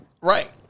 Right